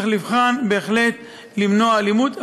צריך לבחון בהחלט מניעת אלימות,